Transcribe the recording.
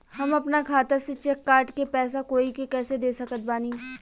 हम अपना खाता से चेक काट के पैसा कोई के कैसे दे सकत बानी?